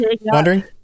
wondering